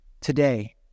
today